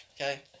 Okay